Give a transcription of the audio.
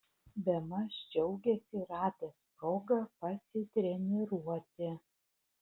bemaž džiaugėsi radęs progą pasitreniruoti